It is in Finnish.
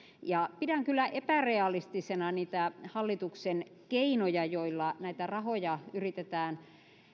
pidän kyllä epärealistisena niitä hallituksen keinoja joilla näitä rahoja yritetään